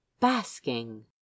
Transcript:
basking